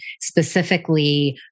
specifically